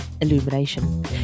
illumination